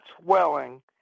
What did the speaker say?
swelling